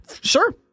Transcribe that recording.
sure